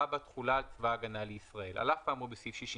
65ג.תחולה על צבא הגנה לישראל על אף האמור סעיף